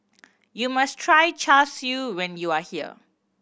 you must try Char Siu when you are here